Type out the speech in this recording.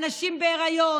על נשים בהיריון,